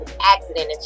accident